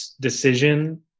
decision